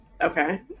Okay